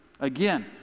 Again